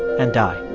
and die.